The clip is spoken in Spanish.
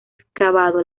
excavado